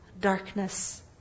darkness